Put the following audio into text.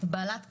בעלת קריירה,